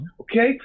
okay